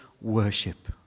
worship